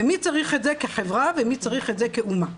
ומי צריך את זה כחברה ומי צריך את זה כאומה.